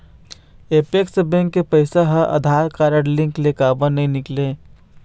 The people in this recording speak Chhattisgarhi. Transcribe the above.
अपेक्स बैंक के पैसा हा आधार कारड लिंक ले काबर नहीं निकले?